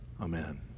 Amen